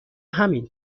همین